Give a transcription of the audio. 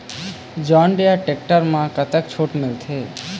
John Deere tractor म कतक छूट मिलथे?